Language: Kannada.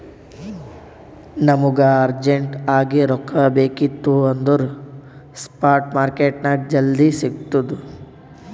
ನಮುಗ ಅರ್ಜೆಂಟ್ ಆಗಿ ರೊಕ್ಕಾ ಬೇಕಿತ್ತು ಅಂದುರ್ ಸ್ಪಾಟ್ ಮಾರ್ಕೆಟ್ನಾಗ್ ಜಲ್ದಿ ಸಿಕ್ತುದ್